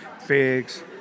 figs